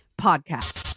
Podcast